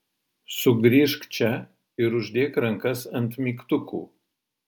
sugrįžk čia ir uždėk rankas ant mygtukų